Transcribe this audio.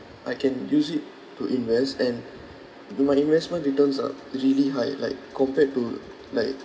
I can use it to invest and the my investment returns are really high like compared to like